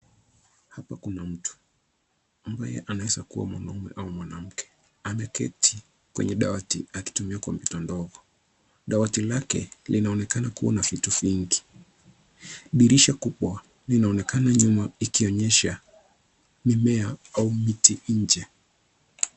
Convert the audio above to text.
Hapa kuna mtu ambaye anayeweza kuwa mwanamume au mwanamke. Ameketi kwenye dawati akitumia kompyuta ndogo. Dawati lake linaonekana kuwa na vitu vingi. Dirisha kubwa linaonekana nyuma likionyesha mimea au miti nje.